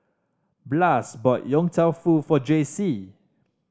Blas bought Yong Tau Foo for Jaycee